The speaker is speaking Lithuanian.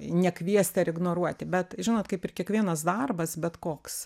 nekviesti ar ignoruoti bet žinot kaip ir kiekvienas darbas bet koks